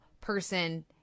person